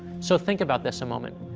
so think about this a moment,